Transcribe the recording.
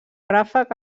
ràfec